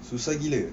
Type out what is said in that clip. susah gila